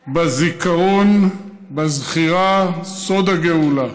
בזיכרון, בזכירה, סוד הגאולה,